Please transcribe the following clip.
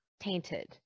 tainted